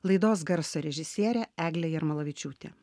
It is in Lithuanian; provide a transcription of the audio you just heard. laidos garso režisierė eglė jarmalavičiūtė